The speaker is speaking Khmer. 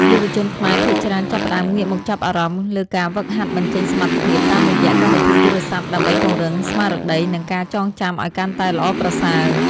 យុវជនខ្មែរភាគច្រើនចាប់ផ្តើមងាកមកចាប់អារម្មណ៍លើការហ្វឹកហាត់បញ្ចេញសមត្ថភាពតាមរយៈកម្មវិធីទូរស័ព្ទដើម្បីពង្រឹងស្មារតីនិងការចងចាំឱ្យកាន់តែល្អប្រសើរ។